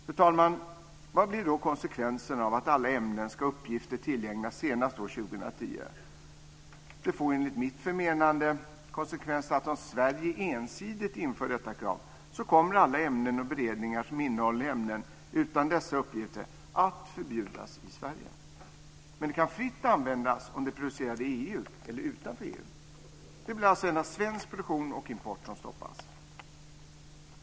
Fru talman! Vad blir då konsekvenserna av att alla ämnen ska ha uppgifter tillgängliga senast år 2010? Det får enligt mitt förmenande konsekvensen att om Sverige ensidigt inför detta krav så kommer alla ämnen och beredningar som innehåller ämnen utan dessa uppgifter att förbjudas i Sverige, men de kan fritt användas om de är producerade i EU eller utanför EU. Det blir alltså endast svensk produktion och import som stoppas.